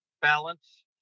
balance